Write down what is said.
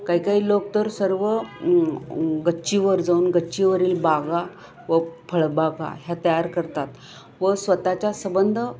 काही काही लोक तर सर्व गच्चीवर जाऊन गच्चीवरील बागा व फळबागा ह्या तयार करतात व स्वतःच्या संबंध